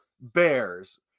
bears